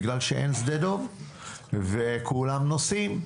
בגלל שאין את שדה דב וכולם נוסעים משם.